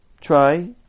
try